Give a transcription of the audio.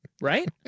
right